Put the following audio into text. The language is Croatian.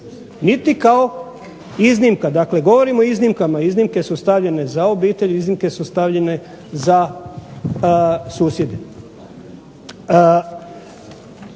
niti kao iznimka, govorimo o iznimkama, iznimke su stavljene za obitelj, iznimke su stavljene za susjede.